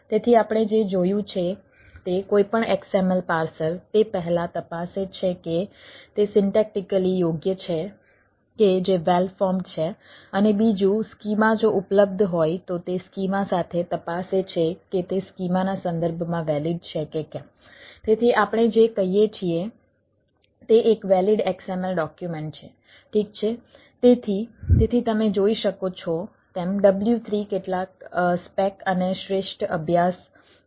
તેથી એક નવું સ્પેસીફીકેશન અને શ્રેષ્ઠ અભ્યાસ છે